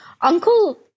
Uncle